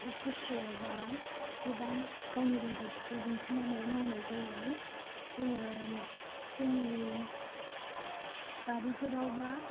खस्थ' बा गोबां गावनि रोंगौथिखौ दिन्थिनानै मावनाय जायो जोङो जोंनि बारिफोराव बा